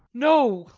no,